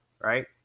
right